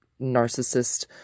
narcissist